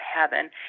heaven